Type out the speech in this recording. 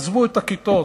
עזבו את הכיתות,